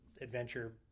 adventure